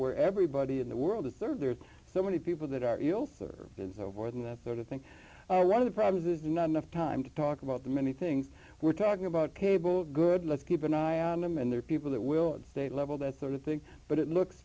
where everybody in the world is there are so many people that are in it's a war that sort of thing run of the problems is not enough time to talk about the many things we're talking about cable good let's keep an eye on them and there are people that will state level that sort of thing but it looks